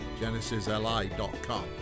genesisli.com